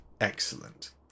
Excellent